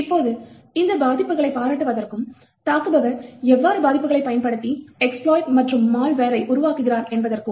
இப்போது இந்த பாதிப்புகளைப் பாராட்டுவதற்கும் தாக்குவார் எவ்வாறு பாதிப்புகளை பயன்படுத்தி எக்ஸ்ப்லொயிட் மற்றும் மால்வெரை உருவாக்குகிறார்கள் என்பதற்கும்